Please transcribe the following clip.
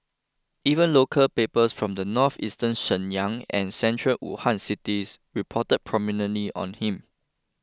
even local papers from northeastern Shenyang and central Wuhan cities reported prominently on him